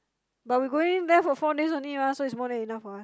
but we going there for four days only mah so it's more than enough for us